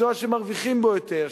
מקצוע שמרוויחים בו יותר,